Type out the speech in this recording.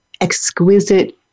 exquisite